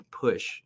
push